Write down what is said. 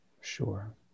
Sure